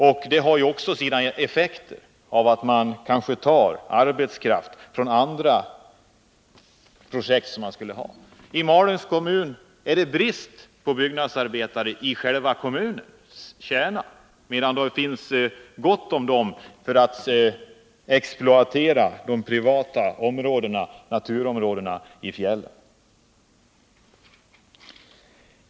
Det här har också sina effekter genom att man tar arbetskraft från andra projekt. I Malungs kommun är det brist på byggnadsarbetare i kommunens kärna, medan det finns gott om byggnadsarbetare när det gäller att exploatera de privata naturområdena i fjällen.